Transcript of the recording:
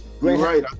right